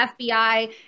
FBI